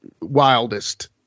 wildest